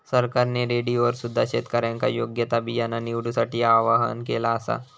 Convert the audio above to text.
सरकारने रेडिओवर सुद्धा शेतकऱ्यांका योग्य ता बियाणा निवडूसाठी आव्हाहन केला आसा